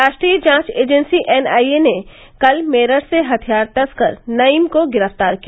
राष्ट्रीय जांच agency NIA ने कल मेरठ से हथियार तस्कर नईम को गिरफ्तार किया